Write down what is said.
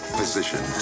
physician